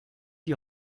die